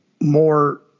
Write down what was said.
more